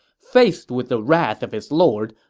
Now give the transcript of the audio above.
faced with the wrath of his lord,